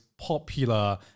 popular